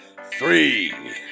three